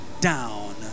down